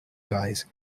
guys